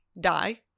die